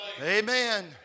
Amen